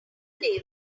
label